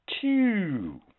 Two